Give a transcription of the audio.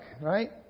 right